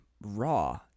raw